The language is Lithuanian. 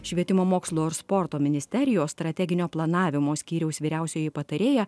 švietimo mokslo ir sporto ministerijos strateginio planavimo skyriaus vyriausioji patarėja